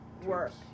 work